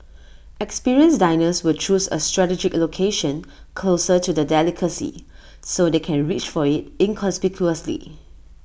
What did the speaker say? experienced diners will choose A strategic location closer to the delicacy so they can reach for IT inconspicuously